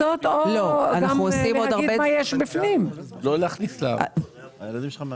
על החומר שנמצא עכשיו במכס אין לכם אחריות?